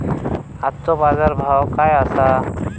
आजचो बाजार भाव काय आसा?